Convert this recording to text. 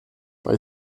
bei